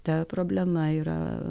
ta problema yra